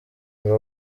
ngo